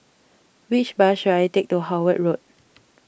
which bus should I take to Howard Road